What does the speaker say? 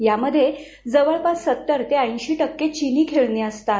यामध्ये जवळपास सत्तर ते ऐंशी टक्के चीनी खेळणी असतात